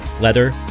leather